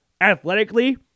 Athletically